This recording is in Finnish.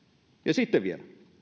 sitten vielä